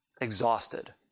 exhausted